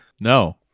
no